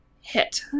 hit